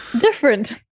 different